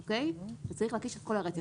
אלא צריך להקיש את כל הרצף.